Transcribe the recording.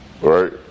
right